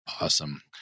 Awesome